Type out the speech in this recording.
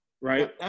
right